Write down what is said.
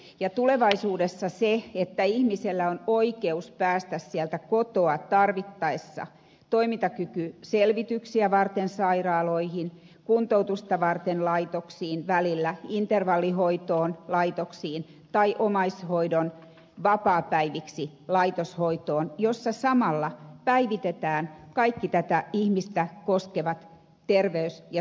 tulevaisuudessa tavoitteena on se että ihmisellä on oikeus päästä sieltä kotoa tarvittaessa toimintakykyselvityksiä varten sairaaloihin kuntoutusta varten laitoksiin välillä intervallihoitoon laitoksiin tai omaishoidon vapaapäiviksi laitoshoitoon jossa samalla päivitetään kaikki tätä ihmistä koskevat terveys ja sosiaalitiedot